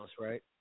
right